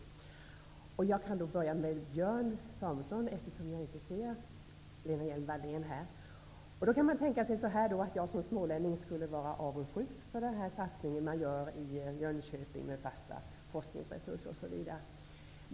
Eftersom jag inte ser Lena Hjelm-Wallén här, börjar jag med att kommentera det som Björn Samuelson sade. Man kan tänka sig att jag som smålänning skulle vara avundsjuk på den satsning som man gör i Jönköping med fasta forskningsresurser osv.